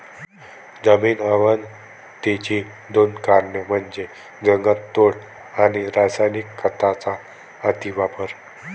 जमीन अवनतीची दोन कारणे म्हणजे जंगलतोड आणि रासायनिक खतांचा अतिवापर